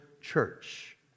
church